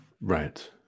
Right